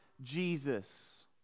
Jesus